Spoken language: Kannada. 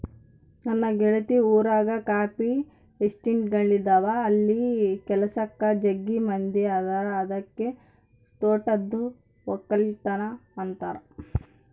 ನನ್ನ ಗೆಳತಿ ಊರಗ ಕಾಫಿ ಎಸ್ಟೇಟ್ಗಳಿದವ ಅಲ್ಲಿ ಕೆಲಸಕ್ಕ ಜಗ್ಗಿ ಮಂದಿ ಅದರ ಅದಕ್ಕ ತೋಟದ್ದು ವಕ್ಕಲತನ ಅಂತಾರ